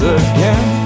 again